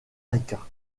rica